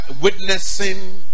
witnessing